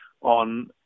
on